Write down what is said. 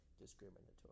discriminatory